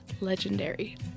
legendary